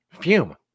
fume